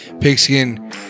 Pigskin